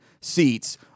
seats